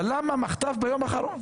אבל למה מחטף ביום האחרון?